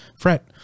fret